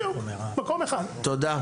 תודה.